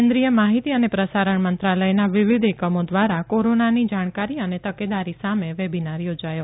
કેન્દ્રીય માહિતી અને પ્રસારણ મંત્રાલયના વિવિધ એકમો ધ્વારા કોરોનાન જાણકારી અને તકેદારી સામે વેબીનાર યોજાયો